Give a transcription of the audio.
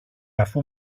αφού